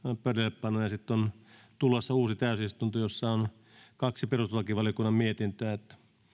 pöydällepanoa ja sitten on tulossa uusi täysistunto jossa on kaksi perustuslakivaliokunnan mietintöä